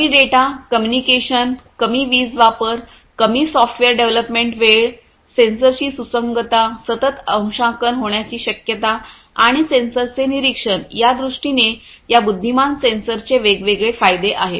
कमी data communication कमी वीज वापर कमी सॉफ्टवेअर डेव्हलपमेंट वेळ सेन्सरची सुसंगतता सतत अंशांकन होण्याची शक्यता आणि सेन्सर्सचे निरीक्षण या दृष्टीने या बुद्धिमान सेन्सरचे वेगवेगळे फायदे आहेत